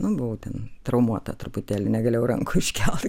nu buvau ten traumuota truputėlį negalėjau rankų iškelt